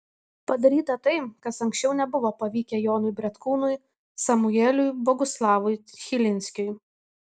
padaryta tai kas anksčiau nebuvo pavykę jonui bretkūnui samueliui boguslavui chilinskiui